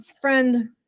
friend